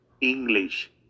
english